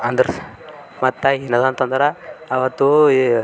ಅಂದರ್ಸ್ ಮತ್ತು ಆಗ ಇಲ್ಲ ಅಂತಂದರೆ ಅವತ್ತು